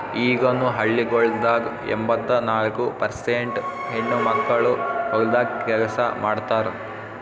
ಈಗನು ಹಳ್ಳಿಗೊಳ್ದಾಗ್ ಎಂಬತ್ತ ನಾಲ್ಕು ಪರ್ಸೇಂಟ್ ಹೆಣ್ಣುಮಕ್ಕಳು ಹೊಲ್ದಾಗ್ ಕೆಲಸ ಮಾಡ್ತಾರ್